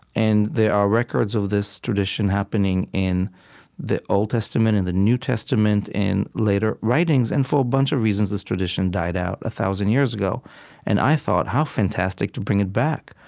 and there are records of this tradition happening in the old testament and in the new testament in later writings. and for a bunch of reasons, this tradition died out a thousand years ago and i thought, how fantastic to bring it back,